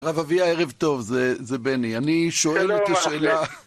הרב אביה, הערב טוב, זה בני. אני שואל אותי שאלה...